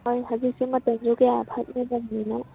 ꯍꯣꯏ ꯍꯧꯖꯤꯛꯁꯨ ꯃꯇꯝꯁꯨ ꯀꯌꯥ ꯐꯠꯅꯗꯝꯅꯤꯅ